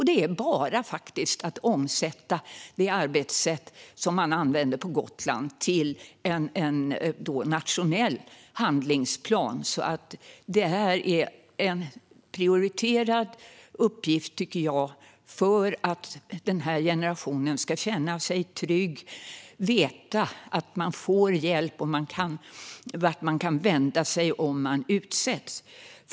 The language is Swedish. Det är faktiskt bara att omsätta det arbetssätt som man använder där i en nationell handlingsplan. Det är en prioriterad uppgift för att den här generationen ska känna sig trygg och veta att man får hjälp och vart man kan vända sig om man utsätts.